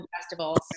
festivals